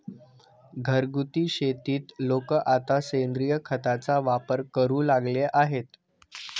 घरगुती शेतीत लोक आता सेंद्रिय खताचा वापर करू लागले आहेत